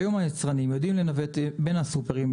היום היצרנים יודעים לנווט בין הסופרים,